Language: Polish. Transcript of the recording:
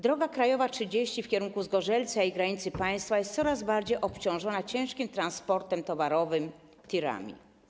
Droga krajowa nr 30 w kierunku Zgorzelca i granicy państwa jest coraz bardziej obciążona ciężkim transportem towarowym, TIR-ami.